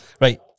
right